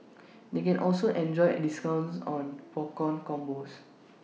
they can also enjoy discounts on popcorn combos